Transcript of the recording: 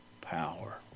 power